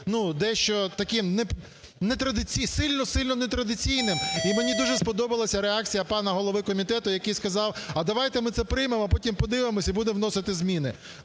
дещо таким, сильно-сильно нетрадиційним. І мені дуже сподобалася редакція пана голови комітету, який сказав: "А давайте ми це приймемо. Потім подивимось і будемо вносити зміни".